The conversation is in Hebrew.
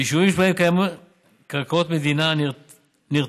ביישובים שבהם קיימות קרקעות מדינה נרתמות